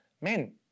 men